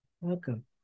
Welcome